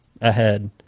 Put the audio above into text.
ahead